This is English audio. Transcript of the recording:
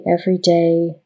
everyday